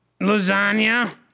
Lasagna